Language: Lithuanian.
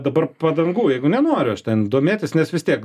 dabar padangų jeigu nenoriu aš ten domėtis nes vis tiek